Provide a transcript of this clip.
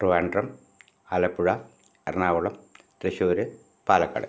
Trivandrum Alappuzha Ernakulam Thrissur Palakkad